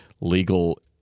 legal